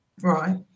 Right